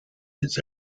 its